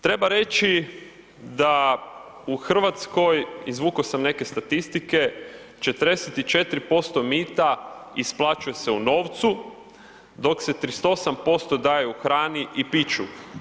Treba reći da u Hrvatskoj izvukao sam neke statistike, 44% mita isplaćuje se u novcu, dok se 38% daje u hrani i piću.